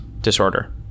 disorder